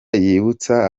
yibutsa